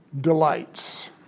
delights